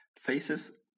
faces